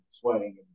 sweating